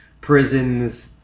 prisons